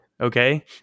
Okay